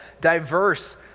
diverse